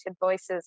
voices